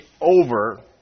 over